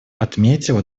отметила